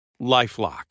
LifeLock